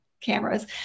cameras